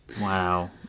Wow